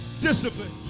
Discipline